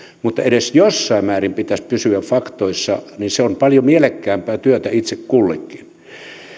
mutta edes jossain määrin pitäisi pysyä faktoissa se on paljon mielekkäämpää työtä itse kullekin